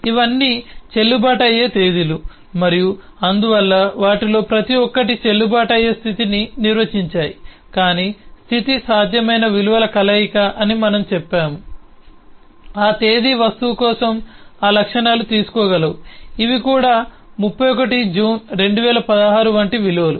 ఇవన్నీ చెల్లుబాటు అయ్యే తేదీలు మరియు అందువల్ల వాటిలో ప్రతి ఒక్కటి చెల్లుబాటు అయ్యే స్థితిని నిర్వచించాయి కాని స్థితి సాధ్యమైన విలువల కలయిక అని మనము చెప్పాము ఆ తేదీ వస్తువు కోసం ఆ లక్షణాలు తీసుకోగలవు ఇవి కూడా 31 జూన్ 2016 వంటి విలువలు